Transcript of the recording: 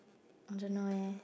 I don't know eh